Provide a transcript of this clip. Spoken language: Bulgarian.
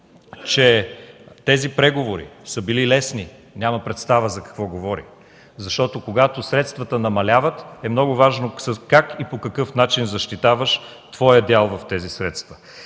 че тези преговори са били лесни, няма представа за какво говори, защото когато средствата намаляват е важно как и по какъв начин защитаваш своя дял в тези средства.